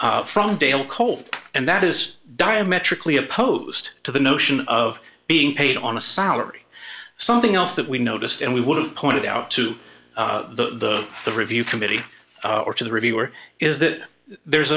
one from dale cole and that is diametrically opposed to the notion of being paid on a salary something else that we noticed and we would have pointed out to the the review committee or to the reviewer is that there's